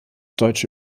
deutsche